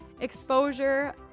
Exposure